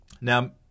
Now